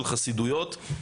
של חסידויות,